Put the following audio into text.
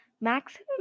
maximum